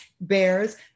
bears